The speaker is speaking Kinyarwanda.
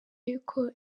y’uko